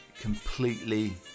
completely